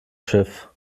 schiff